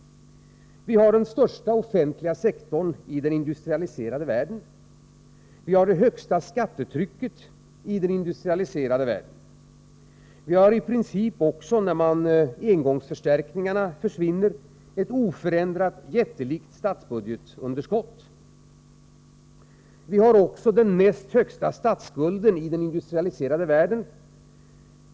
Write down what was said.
Vi har den största offentliga sektorn i den industrialiserade världen. Vi har det högsta skattetrycket i den industrialiserade världen. Vi har i princip också, när engångsförstärkningarna försvinner, ett oförändrat jättelikt statsbudgetunderskott. Vi har också den näst högsta statsskulden i den industrialiserade världen.